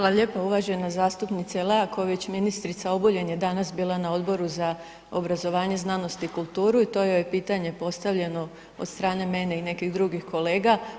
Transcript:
Hvala lijepo uvažena zastupnice … [[Govornik se ne razumije]] Ministrica Obuljen je danas bila na Odboru za obrazovanje, znanost i kulturu i to joj je pitanje postavljeno od strane mene i nekih drugih kolega.